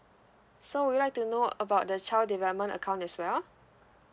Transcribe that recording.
so would you like to know about the child development account as well